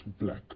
black